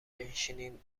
بشینین